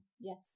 Yes